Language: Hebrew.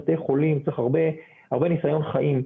זה בתי חולים, צריך הרבה ניסיון חיים.